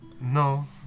no